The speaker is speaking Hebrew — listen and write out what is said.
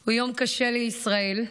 הוא יום קשה לישראל,